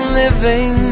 living